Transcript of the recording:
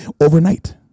overnight